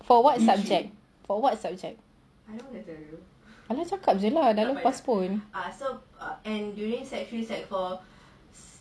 for what subject for what subject cakap jer lah dah lepas pun